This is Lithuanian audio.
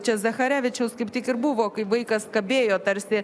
čia zacharevičiaus kaip tik ir buvo kaip vaikas kabėjo tarsi